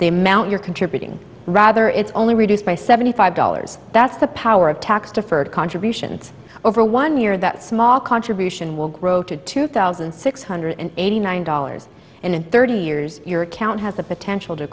the amount you're contributing rather it's only reduced by seventy five dollars that's the power of tax deferred contributions over one year that small contribution will grow to two thousand six hundred eighty nine dollars and in thirty years your account has the potential to